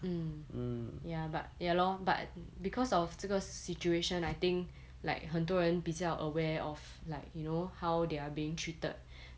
mm ya but ya lor but because of 这个 situation I think like 很多人比较 aware of like you know how they are being treated